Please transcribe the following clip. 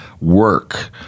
work